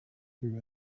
through